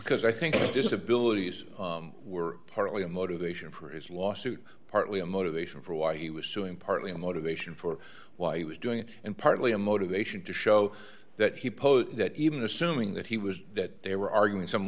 because i think disabilities were partly a motivation for his lawsuit partly a motivation for why he was suing partly the motivation for why he was doing it and partly a motivation to show that he posed that even assuming that he was that they were arguing some